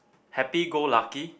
happy go lucky